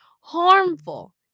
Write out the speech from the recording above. harmful